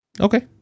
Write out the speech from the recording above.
Okay